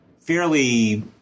fairly